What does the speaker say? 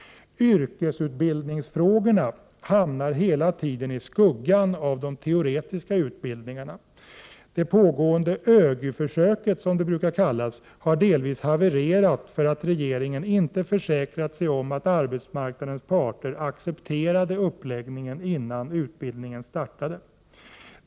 Yrkesutbildningsfrågorna hamnar hela tiden i skuggan av de teoretiska utbildningarna. Det pågående ÖGY-försöket, som det brukar kallas, har — Prot. 1988/89:63 delvis havererat därför att regeringen inte försäkrat sig om att arbets — 8 februari 1989 marknadens parter accepterade uppläggningen innan utbildningen startade.